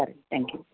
సరే thank you